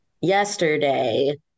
yesterday